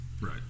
Right